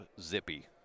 Zippy